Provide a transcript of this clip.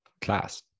Class